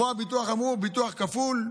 אמרו ביטוח כפול,